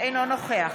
אינו נוכח